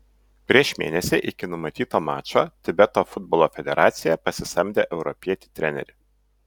prieš mėnesį iki numatyto mačo tibeto futbolo federacija pasisamdė europietį trenerį